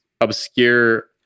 obscure